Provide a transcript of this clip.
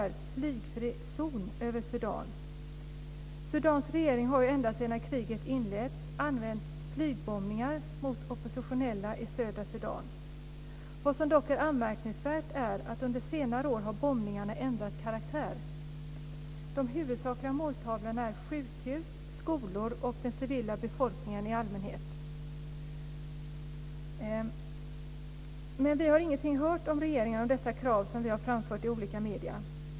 Sudans regering har ända sedan kriget inleddes använt flygbombningar mot oppositionella i södra Sudan. Vad som dock är anmärkningsvärt är att under senare år har bombningarna ändrat karaktär.